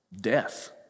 death